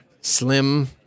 Slim